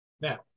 Now